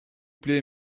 plaît